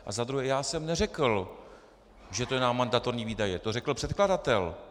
A za druhé já jsem neřekl, že to je na mandatorní výdaje, to řekl předkladatel.